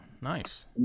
Nice